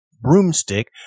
broomstick